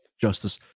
Justice